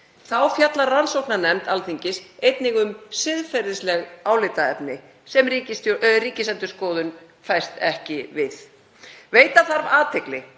Þá fjallar rannsóknarnefnd Alþingis einnig um siðferðisleg álitaefni sem Ríkisendurskoðun fæst ekki við. Veita þarf athygli